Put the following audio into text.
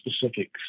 specifics